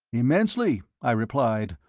immensely, i replied,